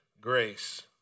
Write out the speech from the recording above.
grace